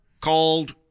called